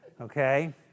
Okay